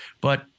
But-